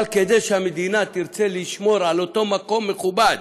אבל כדי שהמדינה תרצה לשמור על אותו מקום מכובד,